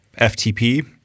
FTP